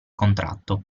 contratto